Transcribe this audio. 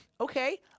okay